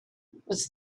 was